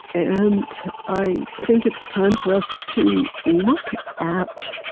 and i think it's time for us to look at